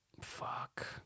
Fuck